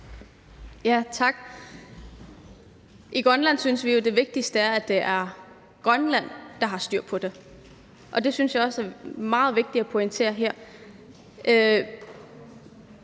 Tak. I Grønland synes vi jo, at det vigtigste er, at det er Grønland, der har styr på det, og det synes jeg også er meget vigtigt at pointere her.